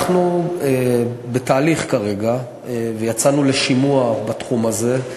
אנחנו בתהליך כרגע ויצאנו לשימוע בתחום הזה.